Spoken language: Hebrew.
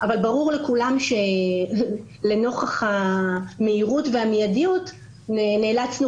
אבל ברור לכולם שלנוכח המהירות והמיידיות נאלצנו